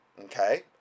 okay